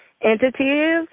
entities